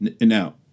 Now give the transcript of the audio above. now